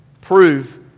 prove